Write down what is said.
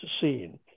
scene